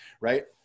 right